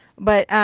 but,